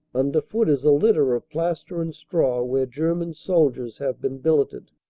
under foot is a litter of plaster and straw where ger man soldiers have been billeted.